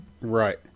right